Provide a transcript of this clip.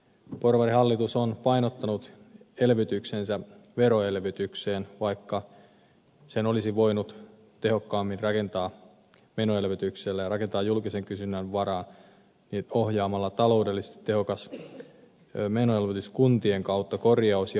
porvarihallitus on painottanut elvytyksensä veroelvytykseen vaikka sen olisi voinut tehokkaammin rakentaa menoelvytyksellä ja rakentaa julkisen kysynnän varaan ohjaamalla taloudellisesti tehokas menoelvytys kuntien kautta korjaus ja muuhun rakentamiseen